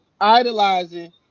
Idolizing